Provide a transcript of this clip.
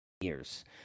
years